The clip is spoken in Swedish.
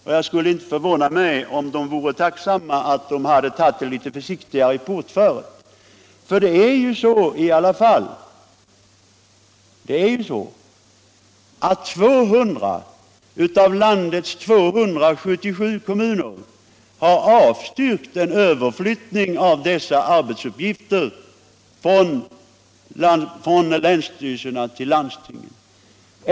Det skulle inte förvåna mig om regeringen då önskade att den hade tagit det litet försiktigare i portföret, för det är ju så — det vill jag betona — att 200 av landets 277 kommuner har avstyrkt en överflyning av dessa arbetsuppgifter från länsstyrelserna till landstingen.